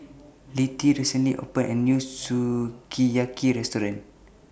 Littie recently opened A New Sukiyaki Restaurant